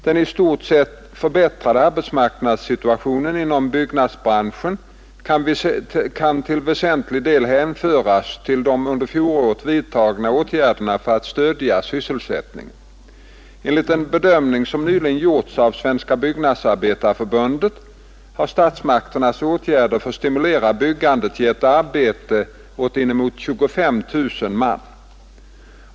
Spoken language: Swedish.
Den i stort sett förbättrade arbetsmarknadssituationen inom byggnadsbranschen kan till väsentlig del hänföras till de under fjolåret vidtagna åtgärderna för att stödja sysselsättningen. Enligt en bedömning som nyligen gjorts av Svenska byggnadsarbetareförbundet har statsmakternas åtgärder för att stimulera byggandet gett arbete åt inemot 25 000 man.